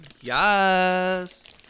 Yes